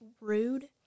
rude